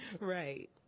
Right